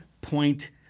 point